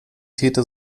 täter